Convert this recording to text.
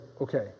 okay